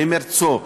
ממרצו,